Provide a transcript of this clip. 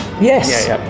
Yes